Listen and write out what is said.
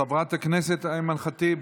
חברת הכנסת אימאן ח'טיב,